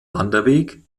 wanderweg